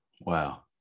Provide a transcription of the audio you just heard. wow